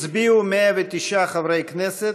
הצביעו 109 חברי כנסת.